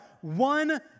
one